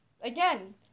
Again